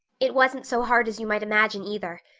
it wasn't so hard as you might imagine, either.